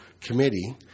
committee